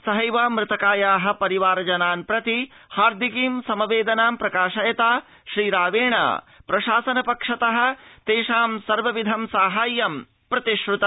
सहैव मृतकाया परिवार जनान् प्रति हार्दिकीं समवेदनां प्रकाशयता श्रीरावेण प्रशासन पक्षतः तेषां सर्वविधं साहाय्यं प्रतिश्र्तम्